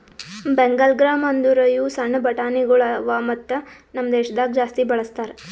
Bengal gram ಅಂದುರ್ ಇವು ಸಣ್ಣ ಬಟಾಣಿಗೊಳ್ ಅವಾ ಮತ್ತ ನಮ್ ದೇಶದಾಗ್ ಜಾಸ್ತಿ ಬಳ್ಸತಾರ್